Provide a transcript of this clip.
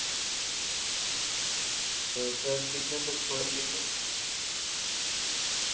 تو سر کتنے تک پڑ گٮٔی ہیں